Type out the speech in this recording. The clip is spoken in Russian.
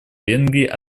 венгрии